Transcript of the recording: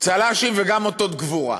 צל"שים וגם אותות גבורה,